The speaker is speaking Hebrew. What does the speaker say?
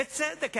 בצדק,